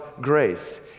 grace